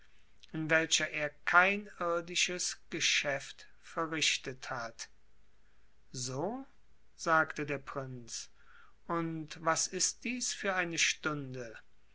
in welcher er kein irdisches geschäft verrichtet hat so sagte der prinz und was ist dies für eine stunde